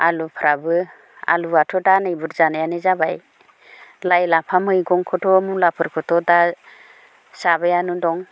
आलुफ्राबो आलुआथ' दा नै बुरजानायानो जाबाय लाइ लाफा मैगंखौथ' मुलाफोरखौथ' दा जाबायानो दं